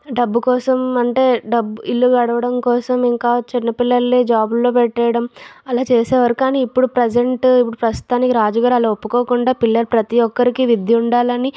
డబ్బు కోసం అంటే డబ్బు ఇల్లు గడవడం కోసం ఇంకా చిన్నపిల్లల్ని జాబుల్లో పెట్టేయడం అలా చేసేవారు కానీ ఇప్పుడు ప్రెసెంట్ ఇప్పుడు ప్రస్తుతానికి రాజుగారు అలా ఒప్పుకోకుండా పిల్లలు ప్రతీ ఒక్కరికి విద్య ఉండాలని